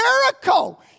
miracle